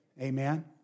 Amen